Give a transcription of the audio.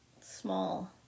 small